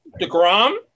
DeGrom